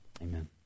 amen